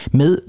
med